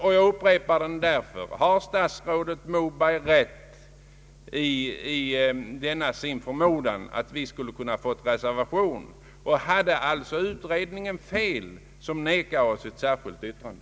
Men jag upprepar den fråga jag ställt: Har statsrådet Moberg rätt i denna sin förmodan att vi skulle kunna få reservera oss, och hade alltså utredningen fel som vägrade oss att avge ett särskilt yttrande?